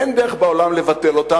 אין דרך בעולם לבטל אותו.